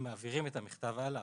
מעבירים את המכתב הלאה,